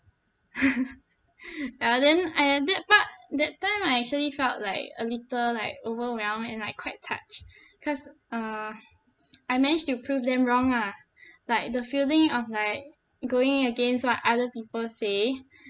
ya then I at that part that time I actually felt like a little like overwhelmed and like quite touched cause uh I managed to prove them wrong lah like the feeling of like going against what other people say